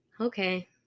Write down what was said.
Okay